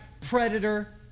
predator